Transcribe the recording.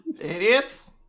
idiots